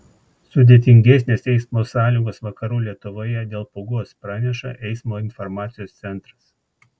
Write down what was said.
sudėtingesnės eismo sąlygos vakarų lietuvoje dėl pūgos praneša eismo informacijos centras